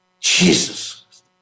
Jesus